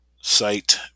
site